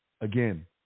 again